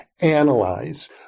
analyze